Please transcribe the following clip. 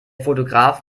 fotograf